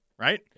right